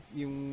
yung